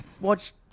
watch